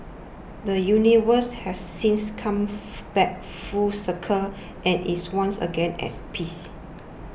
the universe has since come back full circle and is once again as peace